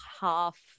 half